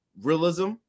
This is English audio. realism